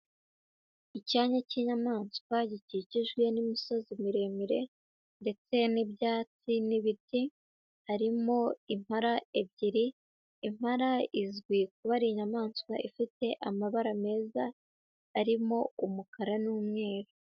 Icyanya cy'inyamaswa gikikijwe n'imisozi miremire, ndetse n'ibyatsi n'ibiti, harimo impara ebyiri, impara izwi kuba ari inyamaswa ifite amabara meza arimo umukara n'umweru.